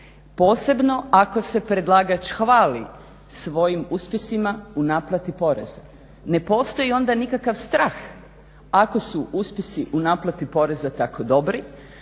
posebno ako se predlagač hvali svojim uspjesima u naplati poreza. Ne postoji onda nikakav strah ako su uspjesi u naplati poreza tako dobri,